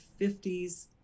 50s